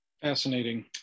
Fascinating